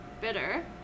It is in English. bitter